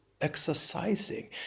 exercising